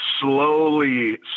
slowly